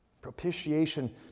Propitiation